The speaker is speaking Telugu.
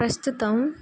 ప్రస్తుతం